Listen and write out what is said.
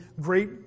great